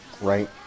right